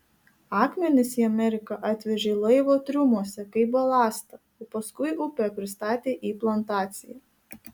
akmenis į ameriką atvežė laivo triumuose kaip balastą o paskui upe pristatė į plantaciją